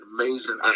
amazing